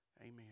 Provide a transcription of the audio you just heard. Amen